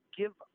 give